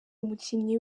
umukinnyi